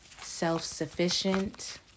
self-sufficient